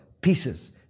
pieces